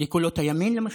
לקולות הימין, למשל,